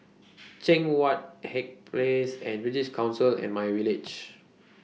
Cheang Wan Place British Council and MyVillage